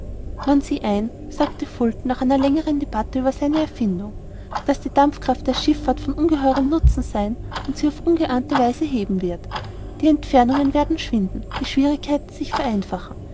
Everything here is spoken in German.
man sieht ein sagte fulton nach einer längeren debatte über seine erfindung daß die dampfkraft der schifffahrt von ungeheurem nutzen sein und sie auf ungeahnte weise heben wird die entfernungen werden schwinden die schwierigkeiten sich vereinfachen